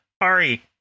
Ari